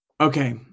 okay